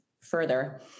further